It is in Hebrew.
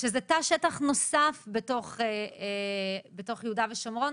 שזה תא שטח נוסף בתוך יהודה ושומרון